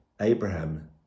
Abraham